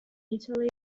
italy